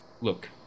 Look